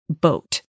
boat